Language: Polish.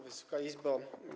Wysoka Izbo!